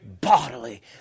bodily